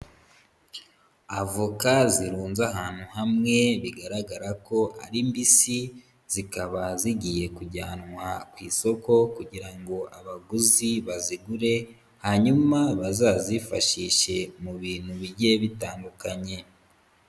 Avoka zirunze ahantu hamwe, bigaragara ko ari mbisi zikaba zigiye kujyanwa ku isoko kugira ngo abaguzi bazigure hanyuma bazazifashishe mu bintu bigiye bitandukanye.